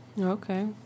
Okay